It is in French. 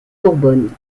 bourbonne